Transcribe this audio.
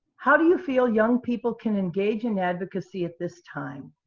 how do you feel young people can engage in advocacy at this time?